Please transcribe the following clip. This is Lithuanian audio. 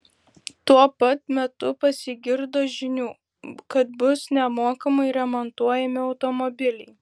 tuo pat metu pasigirdo žinių kad bus nemokamai remontuojami automobiliai